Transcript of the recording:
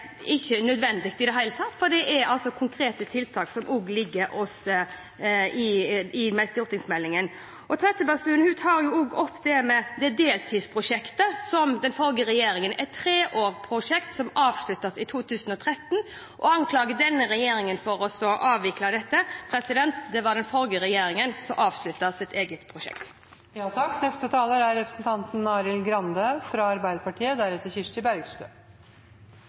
ikke er nødvendige i det hele tatt, for det er konkrete tiltak som ligger i stortingsmeldingen. Trettebergstuen tar også opp deltidsprosjektet til den forrige regjeringen, et treårsprosjekt som ble avsluttet i 2013, og anklager denne regjeringen for å avvikle dette. Det var den forrige regjeringen som avsluttet sitt eget prosjekt. Jeg blir ikke overrasket i det hele tatt når statsråden sier at denne debatten ikke går inn på henne. Det er